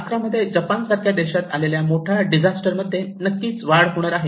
2011 मध्ये जपान सारख्या देशात आलेल्या मोठ्या डिजास्टर मध्ये नक्कीच वाढ होणार आहे